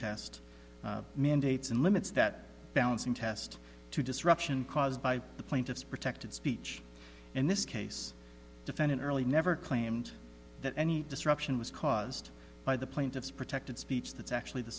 test mandates and limits that balancing test to disruption caused by the plaintiffs protected speech in this case defendant early never claimed that any disruption was caused by the plaintiffs protected speech that's actually the